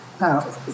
Now